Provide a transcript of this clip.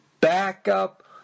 backup